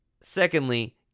secondly